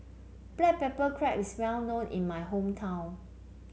Black Pepper Crab is well known in my hometown